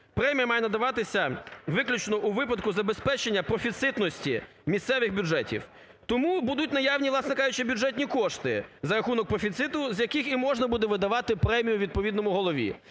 Премія має надаватися виключно у випадку забезпечення профіцитності місцевих бюджетів, тому будуть наявні, власне кажучи, бюджетні кошти за рахунок профіциту, з яких і можна буде видавати премію відповідному голову.